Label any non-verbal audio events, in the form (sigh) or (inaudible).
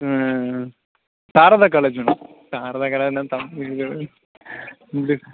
ம் Sharada college ma'am Saradha (unintelligible)